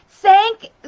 Thank